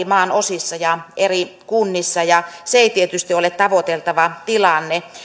maan eri osissa ja eri kunnissa ja se ei tietysti ole tavoiteltava tilanne